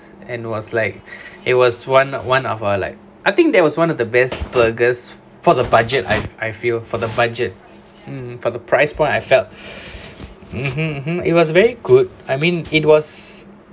and was like it was one one of uh like I think there was one of the best burgers for the budget I I feel for the budget mmhmm for the price point I felt mmhmm it was very good I mean it was